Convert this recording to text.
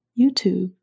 YouTube